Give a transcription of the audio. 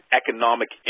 economic